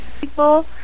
People